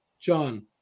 John